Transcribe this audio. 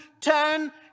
turn